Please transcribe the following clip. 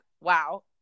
Wow